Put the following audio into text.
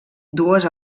dues